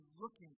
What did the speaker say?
looking